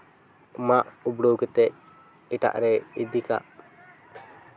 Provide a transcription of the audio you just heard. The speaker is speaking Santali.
ᱢᱟᱜᱽ ᱩᱯᱲᱟᱹᱣ ᱠᱟᱛᱮ ᱮᱴᱟᱜ ᱨᱮ ᱤᱫᱤ ᱠᱟᱜ